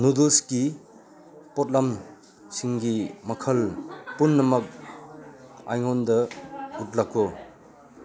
ꯅꯨꯗꯜꯁꯀꯤ ꯄꯣꯠꯂꯝꯁꯤꯡꯒꯤ ꯃꯈꯜ ꯄꯨꯝꯅꯃꯛ ꯑꯩꯉꯣꯟꯗ ꯎꯠꯂꯛꯎ